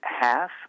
half